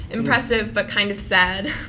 impressive but kind of sad.